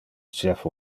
chef